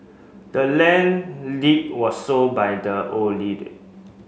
the land deed was sold by the old lady